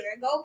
Go